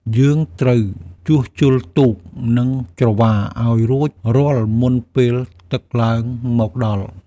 យើងត្រូវជួសជុលទូក និងច្រវាឱ្យរួចរាល់មុនពេលទឹកឡើងមកដល់។